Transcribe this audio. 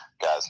guys